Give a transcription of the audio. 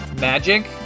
magic